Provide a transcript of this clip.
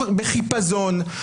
בחיפזון.